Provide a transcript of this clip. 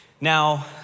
Now